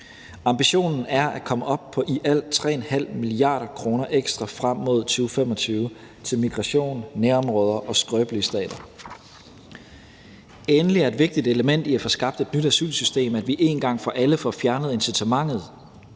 Ambitionen er at komme op på i alt 3,5 mia. kr. ekstra frem mod 2025 til migration, nærområder og skrøbelige stater. Endelig er et vigtigt element i at få skabt et nyt asylsystem, at vi en gang for alle får fjernet incitamentet